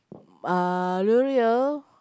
ah L'oreal